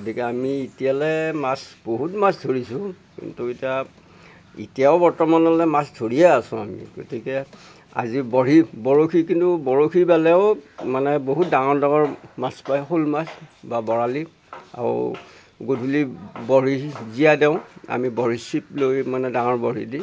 গতিকে আমি এতিয়ালৈ মাছ বহুত মাছ ধৰিছোঁ কিন্তু এতিয়া এতিয়াও বৰ্তমানলৈ মাছ ধৰিয়ে আছো আমি গতিকে আজি বৰহী বৰশী কিনো বৰশী বালেও মানে বহুত ডাঙৰ ডাঙৰ মাছ পায় শ'ল মাছ বা বৰালি আৰু গধূলি বৰশী জীয়া দেওঁ আমি বৰশীৰ চিপ লৈ মানে ডাঙৰ বৰশী দি